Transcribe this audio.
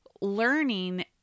learning